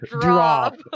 drop